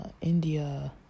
India